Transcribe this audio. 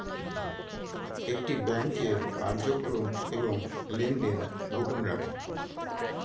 একটি ব্যাংক তার কার্যক্রম এবং লেনদেন গোপন রাখে